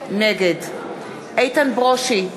נגד איתן ברושי,